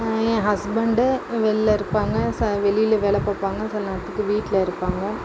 ஏ husband வெளில இருப்பாங்க வெளியில வேலை பார்ப்பாங்க சில நேரத்துக்கு வீட்டில் இருப்பாங்க